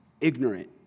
ignorant